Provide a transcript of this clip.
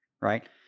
right